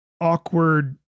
awkward